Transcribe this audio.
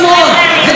זה לא היה.